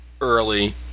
early